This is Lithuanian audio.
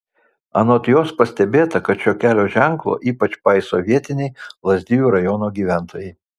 anot jos pastebėta kad šio kelio ženklo ypač paiso vietiniai lazdijų rajono gyventojai